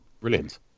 Brilliant